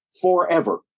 forever